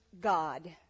God